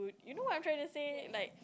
you know what I'm trying to say like